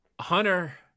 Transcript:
Hunter